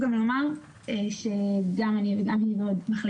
גם מהעמדה המקצועית אני יכולה להגיד שהנזקים של